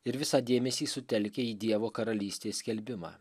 ir visą dėmesį sutelkia į dievo karalystės skelbimą